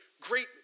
great